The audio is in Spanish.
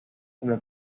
como